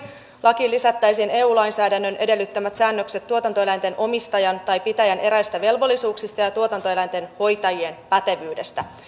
lakiin lisättäisiin eu lainsäädännön edellyttämät säännökset tuotantoeläinten omistajan tai pitäjän eräistä velvollisuuksista ja ja tuotantoeläinten hoitajien pätevyydestä